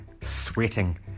sweating